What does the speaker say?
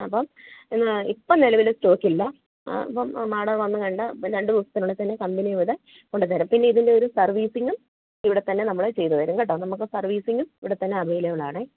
അപ്പം ഇപ്പോൾ നെലവിൽ സ്റ്റോക്കില്ല മാഡം വന്നു കണ്ട് രണ്ടുദിവസത്തിനുള്ളിൽ തന്നെ കമ്പനി ഇവിടെ കൊണ്ട് തരും പിന്നെ ഇതിൻ്റെ ഒരു സെർവീസിങ്ങും ഇവിടെ തന്നെ നമ്മൾ ചെയ്തു തരും കേട്ടോ നമുക്ക് സെർവീസിങ്ങും ഇവിടെത്തന്നെ അവൈലബിളാണേ